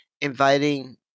inviting